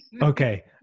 Okay